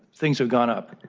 things have gone up.